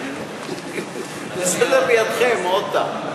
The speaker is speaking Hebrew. לסדר לידכם עוד תא.